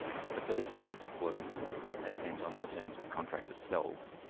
the the first defence was a defence on the terms of the contract itself,